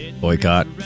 Boycott